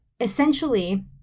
Essentially